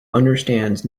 understands